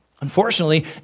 Unfortunately